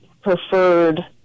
preferred